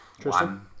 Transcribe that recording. Tristan